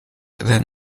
then